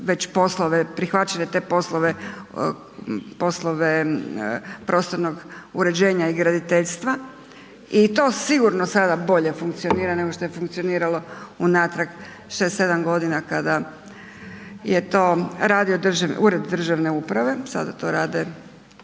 već poslove, prihvaćene te poslove prostornog uređenja i graditeljstva i to sigurno sada bolje funkcionira nego što je funkcioniralo unatrag 6, 7 godina kada je to radio Ured državne uprave, sada to rade